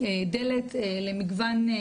דלת למגוון של,